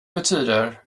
betyder